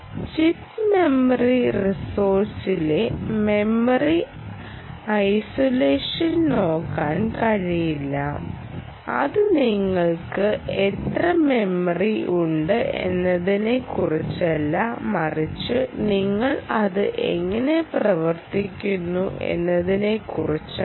chip memory റിസോഴ്സിലെ memory ഐസോലേഷനിൽ നോക്കാൻ കഴിയില്ല അത് നിങ്ങൾക്ക് എത്ര മെമ്മറി ഉണ്ട് എന്നതിനെക്കുറിച്ചല്ല മറിച്ച് നിങ്ങൾ അത് എങ്ങനെ പ്രവർത്തിപ്പിക്കുന്നു എന്നതിനെക്കുറിച്ചാണ്